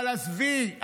אבל עזבי,